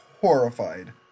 horrified